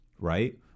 right